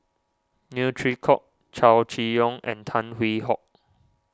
Neo Chwee Kok Chow Chee Yong and Tan Hwee Hock